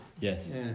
Yes